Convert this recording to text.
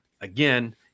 again